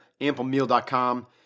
amplemeal.com